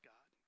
God